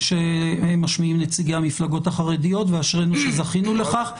שמשמיעים נציגי המפלגות החרדיות ואשרינו שזכינו לכך.